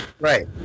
Right